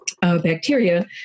bacteria